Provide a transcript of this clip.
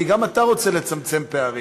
כי גם אתה רוצה לצמצם פערים,